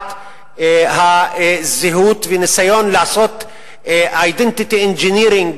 להפקעת הזהות וניסיון לעשות identity engineering,